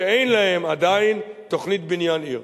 שאין להם עדיין תוכנית בניין עיר.